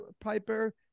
Piper